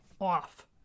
off